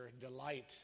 delight